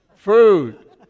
food